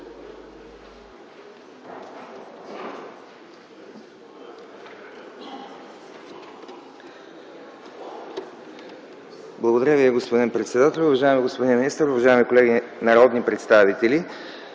Благодаря Ви, господин председател. Уважаеми господин министър, уважаеми колеги народни представители!